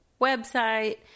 website